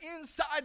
inside